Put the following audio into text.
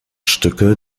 stücke